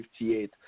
1958